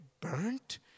burnt